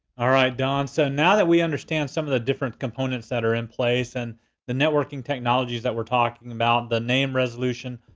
right, don. so now that we understand some of the different components that are in place and the networking technologies that we're talking about. the name resolution,